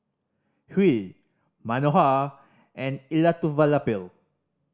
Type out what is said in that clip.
Hri Manohar and Elattuvalapil